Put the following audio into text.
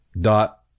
dot